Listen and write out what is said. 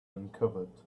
uncovered